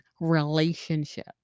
relationship